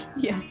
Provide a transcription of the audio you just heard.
Yes